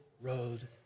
road